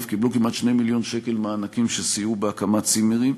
קיבלו כמעט 2 מיליון שקל מענקים שסייעו בהקמת צימרים.